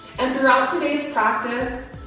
and throughout today's practice